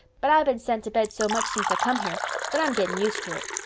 but i've been sent to bed so much since i come here that i'm getting used to it.